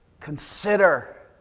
Consider